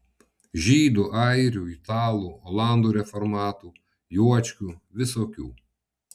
žydų airių italų olandų reformatų juočkių visokių